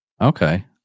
okay